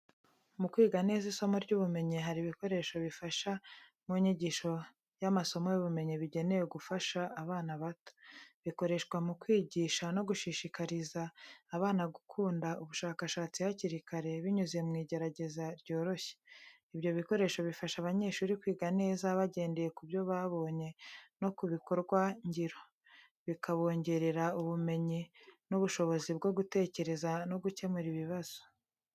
Mu kwiga neza isomo ry'ubumenyi hari ibikoresho bifasha mu nyigisho y'amasomo y'ubumenyi bigenewe gufasha abana bato. Bikoreshwa mu kwigisha no gushishikariza abana gukunda ubushakashatsi hakiri kare, binyuze mu igerageza ryoroshye. Ibyo bikoresho bifasha abanyeshuri kwiga neza bagendeye ku byo babonye no ku bikorwangiro, bikabongerera ubumenyi n’ubushobozi bwo gutekereza no gukemura ibibazo.